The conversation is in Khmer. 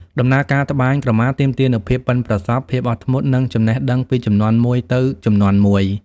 ដំណើរការត្បាញក្រមាទាមទារនូវភាពប៉ិនប្រសប់ ភាពអត់ធ្មត់ និងចំណេះដឹងពីជំនាន់មួយទៅជំនាន់មួយ។